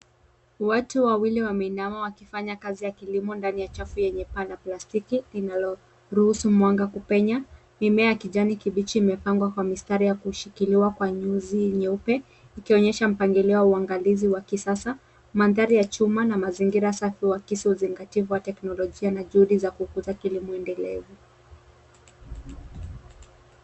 Watu wawili wameinama wakifanya kazi ya kilimo ndani ya chafu yenye paa la plastiki linaloruhusu mwanga kupenya. Mimea ya kijani kibichi imepangwa kwa mistari ya kushikiliwa kwa nyuzi nyeupe, ikionyesha mpangilio wa uangalizi wa kisasa. Mandhari ya chuma na mazingira safi huakisi uzingatifu wa teknolojia na juhudi za kukuza kilimo endelevu.